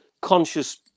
conscious